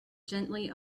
gently